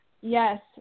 Yes